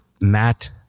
Matt